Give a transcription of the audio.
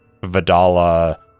Vidala